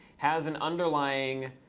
has an underlying